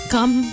Come